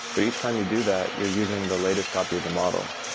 but each time you do that, you're using the latest copy of the model.